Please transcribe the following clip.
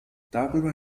darüber